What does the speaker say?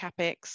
CAPEX